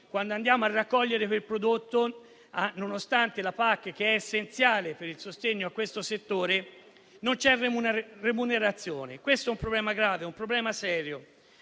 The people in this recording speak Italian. quando si va a raccogliere quel prodotto, nonostante la PAC, che è essenziale per il sostegno a questo settore, non c'è remunerazione. Si tratta di un problema grave e serio,